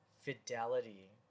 fidelity